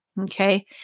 okay